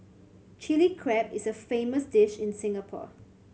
Chilli Crab is a famous dish in Singapore